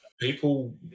people